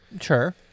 Sure